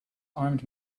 armed